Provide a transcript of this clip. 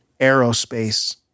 aerospace